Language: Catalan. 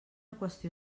qüestió